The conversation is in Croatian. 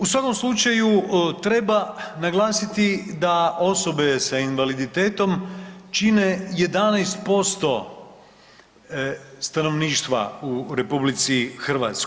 U svakom slučaju treba naglasiti da osobe sa invaliditetom čine 11% stanovništva u RH.